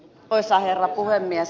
arvoisa herra puhemies